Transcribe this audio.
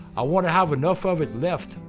i want to have enough of it left,